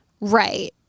Right